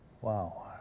Wow